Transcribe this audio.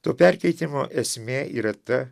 to perkeitimo esmė yra ta